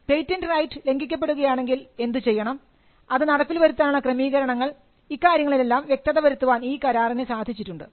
patent right ലംഘിക്കപ്പെടുകയാണെണെങ്കിൽ എന്ത് ചെയ്യണം അത് നടപ്പിൽ വരുത്താനുള്ള ക്രമീകരണങ്ങൾ ഇക്കാര്യങ്ങളിലെല്ലാം വ്യക്തത വരുത്തുവാൻ ഈ കരാറിന് സാധിച്ചിട്ടുണ്ട്